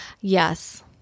Yes